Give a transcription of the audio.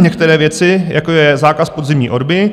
některé věci, jako je zákaz podzimní orby.